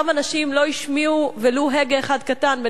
אותם אנשים לא השמיעו ולו הגה אחד קטן,